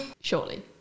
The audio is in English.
shortly